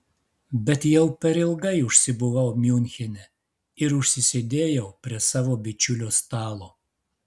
bet jau per ilgai užsibuvau miunchene ir užsisėdėjau prie savo bičiulio stalo